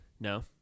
no